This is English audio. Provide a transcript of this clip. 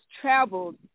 traveled